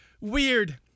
weird